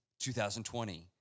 2020